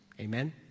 Amen